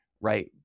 right